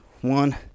One